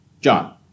John